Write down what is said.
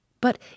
But